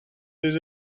des